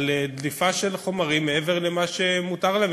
על דליפה של חומרים מעבר למה שמותר להם,